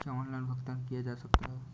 क्या ऑनलाइन भुगतान किया जा सकता है?